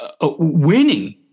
winning